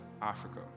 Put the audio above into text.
Africa